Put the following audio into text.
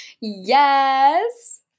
yes